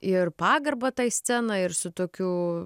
ir pagarba tai scenai ir su tokiu